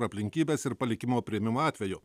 aplinkybes ir palikimo priėmimo atveju